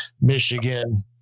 Michigan